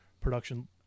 production